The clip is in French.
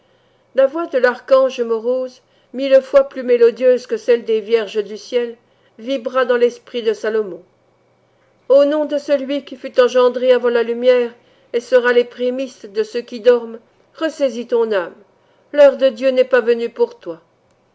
la voix de l'archange morose mille fois plus mélodieuse que celle des vierges du ciel vibra dans l'esprit de salomon au nom de celui qui fut engendré avant la lumière et sera les prémisses de ceux qui dorment ressaisis ton âme l'heure de dieu n'est pas venue pour toi